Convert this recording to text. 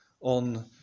on